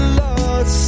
lost